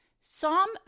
Psalm